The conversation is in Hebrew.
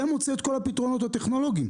ומוצא את כל הפתרונות הטכנולוגיים.